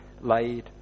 laid